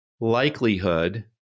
likelihood